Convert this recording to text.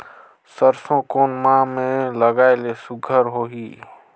सरसो कोन माह मे लगाय ले सुघ्घर होही?